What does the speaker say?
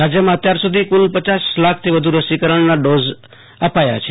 રાજયમાં અત્યાર સુધી કુલ પચાસ લાખથી વધુ રસોકરણના ડોઝ અપાયા છે